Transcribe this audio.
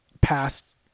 past